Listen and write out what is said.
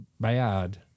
bad